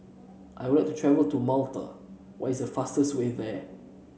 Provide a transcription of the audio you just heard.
I would like to travel to Malta what is the fastest way there